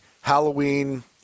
Halloween –